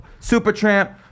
Supertramp